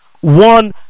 one